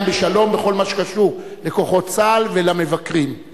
בשלום בכל מה שקשור לכוחות צה"ל ולמבקרים.